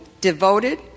devoted